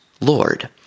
Lord